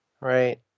right